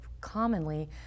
commonly